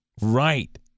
right